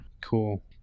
Cool